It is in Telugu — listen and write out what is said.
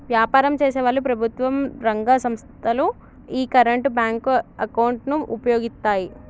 వ్యాపారం చేసేవాళ్ళు, ప్రభుత్వం రంగ సంస్ధలు యీ కరెంట్ బ్యేంకు అకౌంట్ ను వుపయోగిత్తాయి